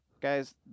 Guys